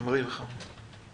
אימרי ביטון, בבקשה.